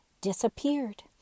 disappeared